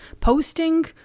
Posting